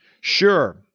Sure